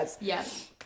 Yes